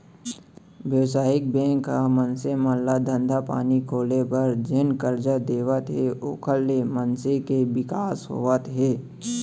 बेवसायिक बेंक ह मनसे मन ल धंधा पानी खोले बर जेन करजा देवत हे ओखर ले मनसे के बिकास होवत हे